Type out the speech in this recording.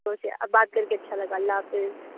اب بات کر کے اچھا لگا اللہ حافظ